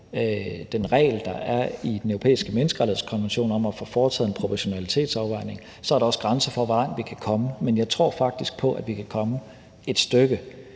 den regel, der er i Den Europæiske Menneskerettighedskonvention om at få foretaget en proportionalitetsafvejning. Jeg tror faktisk på, at vi kan komme et stykke,